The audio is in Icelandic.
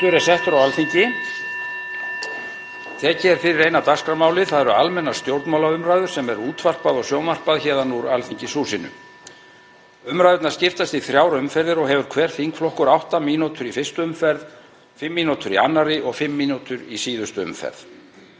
METADATA_END SPEECH_BEGIN Tekið er fyrir eina dagskrármálið, almennar stjórnmálaumræður, sem er útvarpað og sjónvarpað héðan úr Alþingishúsinu. Umræðurnar skiptast í þrjár umferðir og hefur hver þingflokkur átta mínútur í fyrstu umferð, fimm mínútur í annarri og fimm mínútur í síðustu umferð.